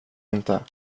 inte